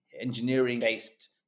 engineering-based